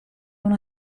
una